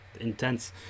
intense